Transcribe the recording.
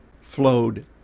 flowed